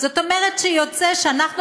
זאת אומרת שיוצא שאנחנו,